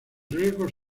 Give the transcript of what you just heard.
riesgos